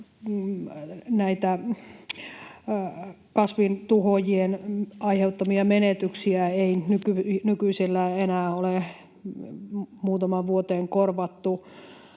kasvintuhoojien aiheuttamia menetyksiä ei nykyisellään enää ole muutamaan vuoteen korvattu